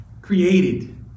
created